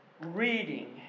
Reading